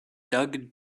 doug